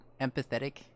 empathetic